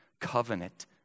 covenant